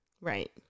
right